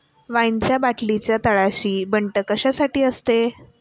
वाईनच्या बाटलीच्या तळाशी बंट कशासाठी असते?